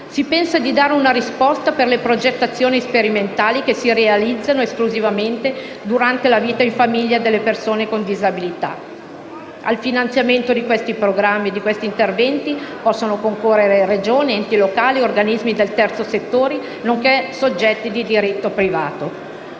si possa dare una risposta per le progettazioni sperimentali che si realizzano esclusivamente durante la vita in famiglia delle persone con disabilità. Al finanziamento di questi programmi e di questi interventi possono concorrere le Regioni, gli enti locali, gli organismi del terzo settore, nonché i soggetti di diritto privato.